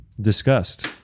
discussed